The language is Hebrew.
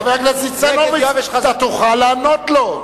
חבר הכנסת ניצן הורוביץ, אתה תוכל לענות לו.